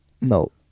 No